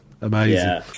amazing